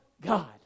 God